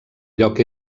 lloc